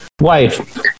wife